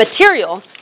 material